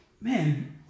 man